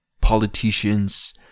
politicians